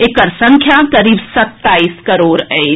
एकर संख्या करीब सत्ताईस करोड़ अछि